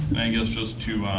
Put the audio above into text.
guess just to